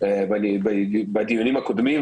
בדיונים הקודמים,